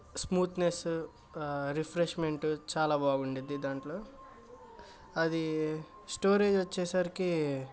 smoothness refreshment చాలా బాగుండుద్ధి దాంట్లో అదీ స్టోరేజ్ వచ్చేసరికి